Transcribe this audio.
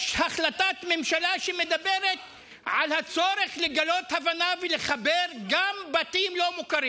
יש החלטת ממשלה שמדברת על הצורך לגלות הבנה ולחבר גם בתים לא מוכרים.